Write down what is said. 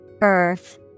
Earth